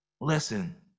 Listen